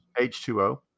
H2O